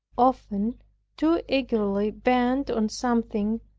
often too eagerly bent on something,